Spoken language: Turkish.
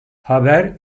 haber